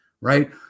Right